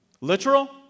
Literal